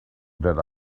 that